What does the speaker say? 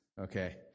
okay